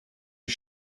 you